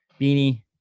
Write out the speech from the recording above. Beanie